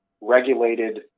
regulated